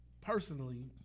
Personally